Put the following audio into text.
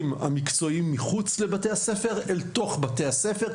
המקצועיים מחוץ לבתי הספר אל תוך בתי הספר.